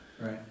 right